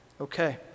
Okay